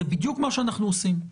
זה בדיוק מה שאנחנו עושים.